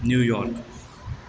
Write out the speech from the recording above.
New York